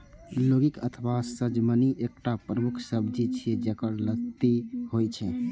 लौकी अथवा सजमनि एकटा प्रमुख सब्जी छियै, जेकर लत्ती होइ छै